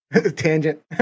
tangent